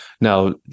now